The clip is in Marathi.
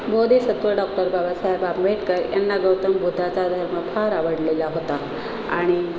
बोधिसत्त्व डॉक्टर बाबासाहेब आंबेडकर यांना गौतम बुद्धाचा धर्म फार आवडलेला होता आणि